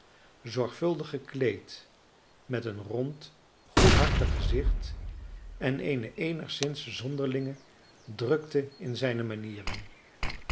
zorgvuldig gekleed met een rond goedhartig gezicht en eene eenigszins zonderlinge drukte in zijne manieren